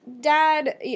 Dad